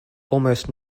almost